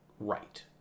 right